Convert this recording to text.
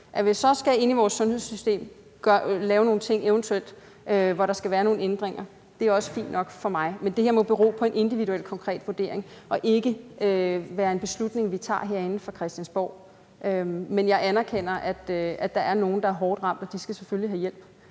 vi så i forhold til vores sundhedssystem eventuelt skal ind at lave nogle ting, hvor der skal være nogle ændringer, er også fint nok for mig, men det her må bero på en individuel konkret vurdering og ikke være en beslutning, vi tager herinde på Christiansborg. Men jeg anerkender, at der er nogle, der er hårdt ramt, og de skal selvfølgelig have hjælp.